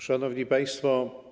Szanowni Państwo!